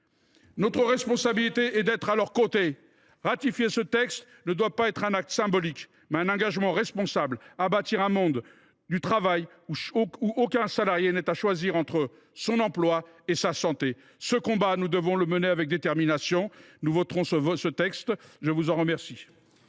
Notre responsabilité est d’être à leurs côtés. Ratifier ce texte doit être non un acte symbolique, mais un engagement responsable à bâtir un monde du travail où aucun salarié n’ait à choisir entre son emploi et sa santé. Ce combat, nous devons le mener avec détermination. La parole est à M. le ministre